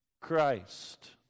Christ